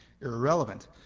irrelevant